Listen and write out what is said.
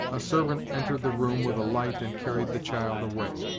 a servant entered the room with a light and carried the child away.